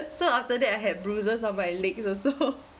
so after that I had bruises on my legs also